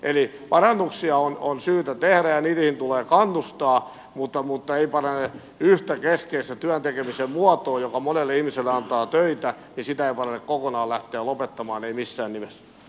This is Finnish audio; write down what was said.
eli parannuksia on syytä tehdä ja niihin tulee kannustaa mutta ei parane yhtä keskeistä työn tekemisen muotoa joka monelle ihmiselle antaa töitä kokonaan lähteä lopettamaan ei missään nimessä